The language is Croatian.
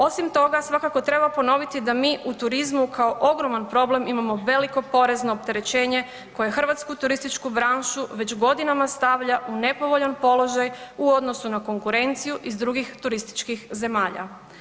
Osim toga svakako treba ponoviti da mi u turizmu kao ogroman problem imamo veliko porezno opterećenje koje hrvatsku turističku branšu već godinama stavlja u nepovoljan položaj u odnosu na konkurenciju iz drugih turističkih zemalja.